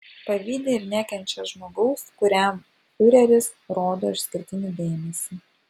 pavydi ir nekenčia žmogaus kuriam fiureris rodo išskirtinį dėmesį